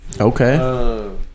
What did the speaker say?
Okay